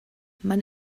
man